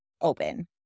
open